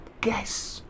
guess